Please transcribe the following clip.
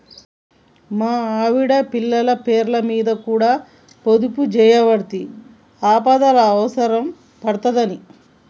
మా ఆవిడ, పిల్లల పేర్లమీద కూడ పొదుపుజేయవడ్తి, ఆపదల అవుసరం పడ్తదని